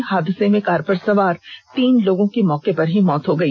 इस हादसे में कार पर सवार तीन लोगों की मौके पर ही मौत हो गई